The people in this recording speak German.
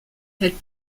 hält